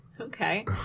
Okay